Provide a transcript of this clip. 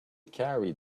carry